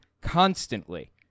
constantly